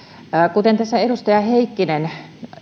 kuten tässä edustaja heikkinen